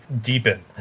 deepen